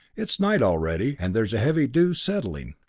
it's night already, and there is a heavy dew settling.